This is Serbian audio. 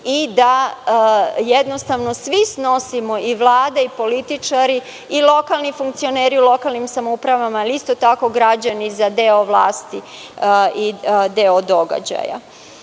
i da jednostavno svi snosimo, i Vlada, i političari, i lokalni funkcioneri u lokalnim samoupravama ali isto tako i građani za deo vlasti i deo događaja. Takođe